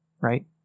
right